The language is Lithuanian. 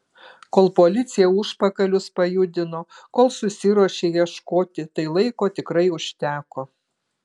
kol policija užpakalius pajudino kol susiruošė ieškoti tai laiko tikrai užteko